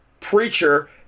Preacher